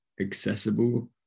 accessible